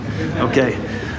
Okay